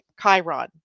Chiron